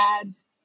ads